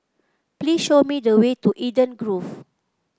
please show me the way to Eden Grove